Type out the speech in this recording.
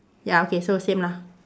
ya okay so same lah